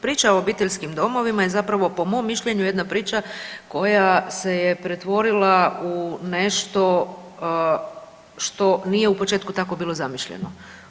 Priča o obiteljskim domovima je zapravo po mom mišljenju jedna priča koja se je pretvorila u nešto što nije u početku tako bilo zamišljeno.